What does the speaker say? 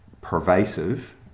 pervasive